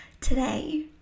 today